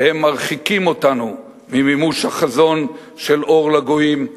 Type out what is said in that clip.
והן מרחיקות אותנו ממימוש החזון של אור לגויים,